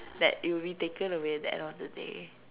that it will be taken away at the end of the day